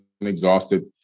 exhausted